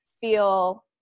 feel